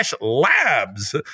labs